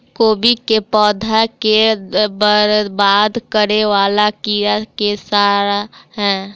कोबी केँ पौधा केँ बरबाद करे वला कीड़ा केँ सा है?